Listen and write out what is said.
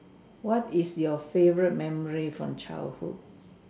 what is your favourite memory from childhood